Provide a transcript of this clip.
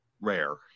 rare